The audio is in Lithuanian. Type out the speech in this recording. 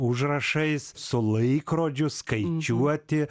užrašais su laikrodžiu skaičiuoti